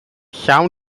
llawn